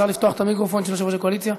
אפשר לפתוח את המיקרופון של יושב-ראש הקואליציה?